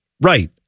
Right